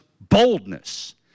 boldness